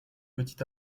petit